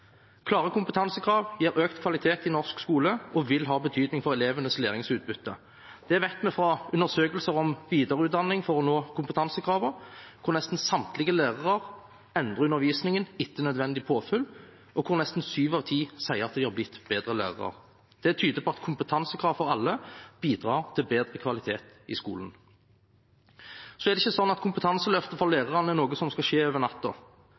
Klare kompetansekrav gir økt kvalitet i norsk skole og vil ha betydning for elevenes læringsutbytte. Det vet vi fra undersøkelser om videreutdanning for å nå kompetansekravene, hvor nesten samtlige lærere endrer undervisningen etter nødvendig påfyll, og hvor nesten sju av ti sier at de har blitt bedre lærere. Det tyder på at kompetansekrav for alle bidrar til bedre kvalitet i skolen. Så er det ikke slik at kompetanseløftet for lærerne er noe som skal skje over